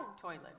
toilet